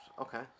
Okay